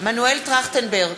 מנואל טרכטנברג,